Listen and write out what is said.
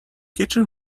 kitchen